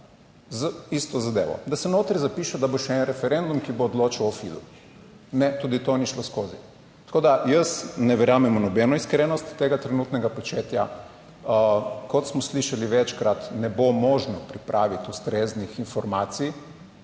z isto zadevo, da se notri zapiše, da bo še en referendum, ki bo odločal o Filu. Ne, tudi to ni šlo skozi, tako da jaz ne verjamem v nobeno iskrenost tega trenutnega početja, kot smo slišali večkrat. Ne bo možno pripraviti ustreznih informacij